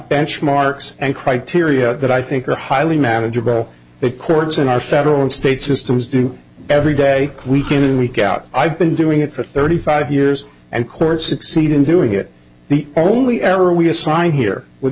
benchmarks and criteria that i think are highly manageable the courts in our federal and state systems do every day we can in week out i've been doing it for thirty five years and court succeeded in doing it the only error we assign here with